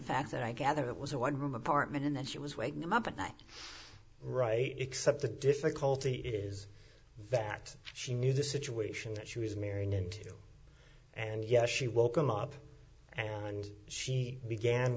fact that i gather it was a one room apartment and that she was waking them up at night right except the difficulty is that she knew the situation that she was marrying into and yet she woke him up and she began